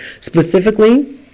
specifically